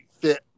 fit